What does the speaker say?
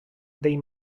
dei